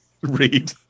read